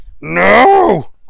No